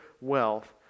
wealth